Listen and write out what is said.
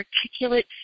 articulate